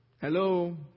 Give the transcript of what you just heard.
Hello